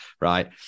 right